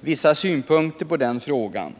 vissa synpunkter på den frågan.